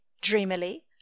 dreamily